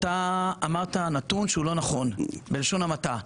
אתה אמרת נתון שהוא לא נכון בלשון המעטה.